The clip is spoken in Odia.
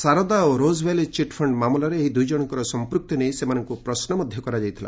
ସାରଦା ଓ ରୋଜ୍ଭ୍ୟାଲି ଚିଟ୍ଫଣ୍ଡ୍ ମାମଲାରେ ଏହି ଦୁଇଜଣଙ୍କର ସଂପୃକ୍ତି ନେଇ ସେମାନଙ୍କୁ ପ୍ରଶ୍ନ କରାଯାଇଥିଲା